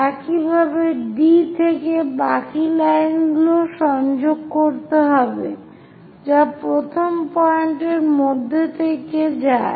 একইভাবে D থেকে বাকি লাইনগুলো সংযোগ করতে হবে যা প্রথম পয়েন্টের মধ্যে থেকে যায়